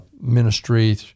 ministry